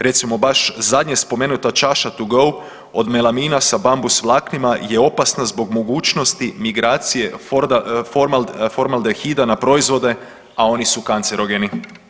Recimo baš zadnje spomenuta čaša to go od melamina sa bambus vlaknima je opasna zbog mogućnosti migracije formaldehida na proizvode, a oni su kancerogeni.